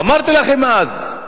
אמרתי לכם אז: